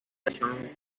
división